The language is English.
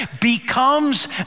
becomes